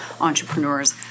entrepreneurs